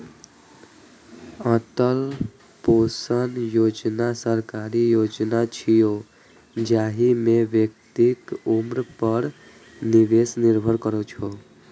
Atal pension Yojana सरकारी योजना छियै, जाहि मे व्यक्तिक उम्र पर निवेश निर्भर करै छै